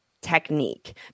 technique